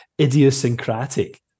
idiosyncratic